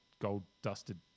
gold-dusted